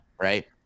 Right